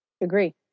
Agree